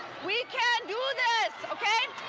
we can do this okay